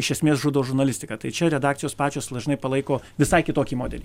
iš esmės žudo žurnalistiką tai čia redakcijos pačios dažnai palaiko visai kitokį modelį